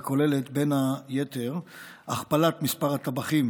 והיא כוללת בין היתר הכפלת מספר הטבחים